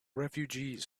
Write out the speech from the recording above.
refugees